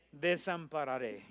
desampararé